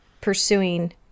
pursuing